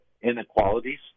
inequalities